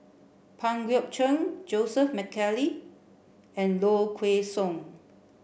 Pang Guek Cheng Joseph Mcnally and Low Kway Song